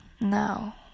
Now